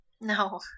No